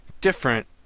different